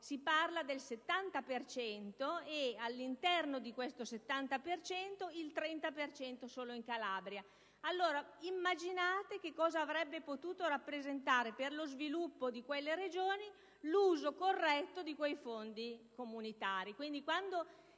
Si parla del 70 per cento, e all'interno di questo, il 30 per cento solo in Calabria. Immaginate che cosa avrebbe potuto rappresentare per lo sviluppo di quelle Regioni l'uso corretto di quei fondi comunitari.